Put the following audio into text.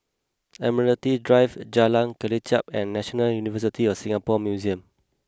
Admiralty Drive Jalan Kelichap and National University of Singapore Museums